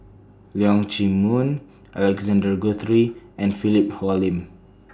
Leong Chee Mun Alexander Guthrie and Philip Hoalim